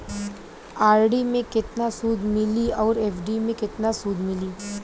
RD मे केतना सूद मिली आउर एफ.डी मे केतना सूद मिली?